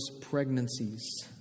pregnancies